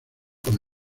con